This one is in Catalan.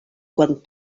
quan